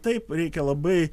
taip reikia labai